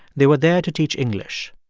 they were there to teach english.